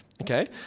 Okay